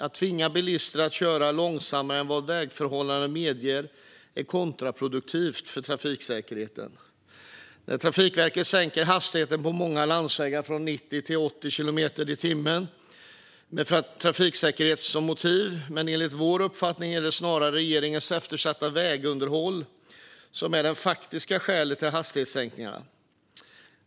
Att tvinga bilister att köra långsammare än vad vägförhållandena medger är kontraproduktivt för trafiksäkerheten. Trafikverket sänker hastigheten på många landsvägar från 90 till 80 kilometer i timmen med trafiksäkerhet som motiv, men enligt vår uppfattning är det snarare regeringens eftersatta vägunderhåll som är det faktiska skälet till hastighetssänkningarna.